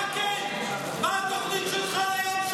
קריאה שנייה.